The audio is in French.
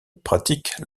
pratiquent